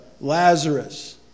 Lazarus